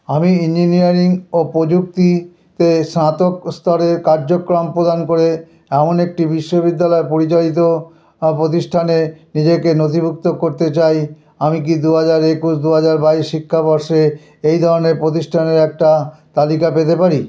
আমি ইঞ্জিনিয়ারিং ও প্রযুক্তিতে স্নাতক স্তরের কার্যক্রম প্রদান করে এমন একটি বিশ্ববিদ্যালয় পরিচালিত প্রতিষ্ঠানে নিজেকে নথিভুক্ত করতে চাই আমি কি দু হাজার একুশ দু হাজার বাইশ শিক্ষাবর্ষে এই ধরনের প্রতিষ্ঠানের একটা তালিকা পেতে পারি